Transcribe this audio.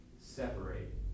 separate